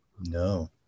No